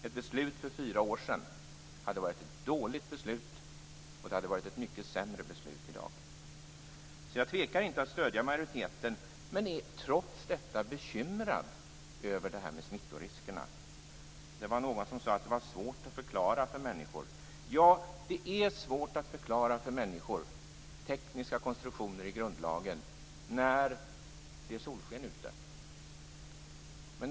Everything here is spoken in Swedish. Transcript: Ett beslut för fyra år sedan hade varit ett dåligt beslut, och det hade i dag varit ännu mycket sämre. Jag tvekar alltså inte inför att stödja majoriteten men är trots detta bekymrad över smittoriskerna. Någon sade att detta är svårt att förklara för människor. Ja, det är svårt att förklara tekniska konstruktioner i grundlagen när det är solsken ute.